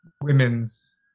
women's